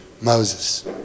Moses